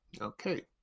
Okay